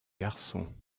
garçons